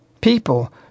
people